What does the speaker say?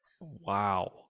Wow